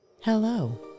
Hello